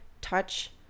touch